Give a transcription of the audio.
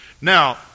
Now